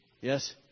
Yes